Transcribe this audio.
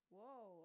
Whoa